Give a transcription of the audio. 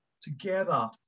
together